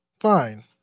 Fine